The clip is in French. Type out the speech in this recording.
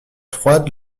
froide